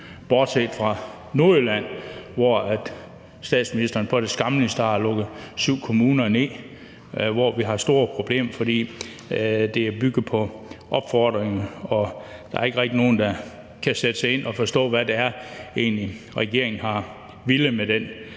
Bortset fra i Nordjylland, hvor statsministeren på det skammeligste har lukket syv kommuner ned, hvor vi har store problemer, fordi det er bygget på opfordring og der ikke rigtig er nogen, der kan sætte sig ind i det og forstå, hvad det egentlig er, regeringen har villet med den